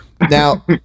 Now